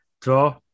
Draw